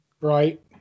Right